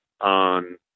on